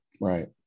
right